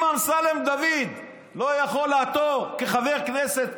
אם אמסלם דוד לא יכול לעתור כחבר כנסת,